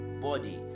body